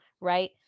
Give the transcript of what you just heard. right